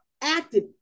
acted